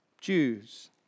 Jews